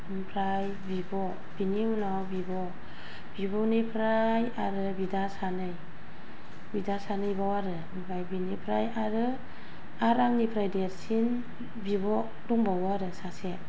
ओमफ्राय बिब' बिनि उनाव बिब' बिब'निफ्राय आरो बिदा सानै बिदा सानैबाव आरो ओमफ्राय बिनिफ्राय आरो आंनिफ्राय देरसिन बिब' दंबावो आरो सासे